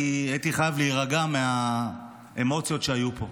כי הייתי חייב להירגע מהאמוציות שהיו פה.